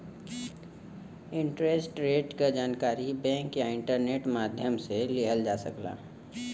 interest rate क जानकारी bank या इंटरनेट माध्यम से लिहल जा सकला